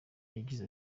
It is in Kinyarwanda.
yagize